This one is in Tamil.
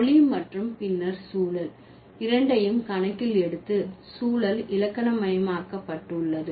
மொழி மற்றும் பின்னர் சூழல் இரண்டையும் கணக்கில் எடுத்து சூழல் இலக்கணமயமாக்கப்பட்டுள்ளது